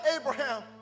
Abraham